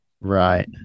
right